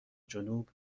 جنوب